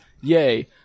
Yay